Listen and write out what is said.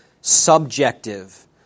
subjective